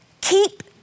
keep